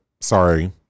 sorry